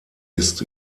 ist